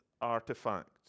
artifact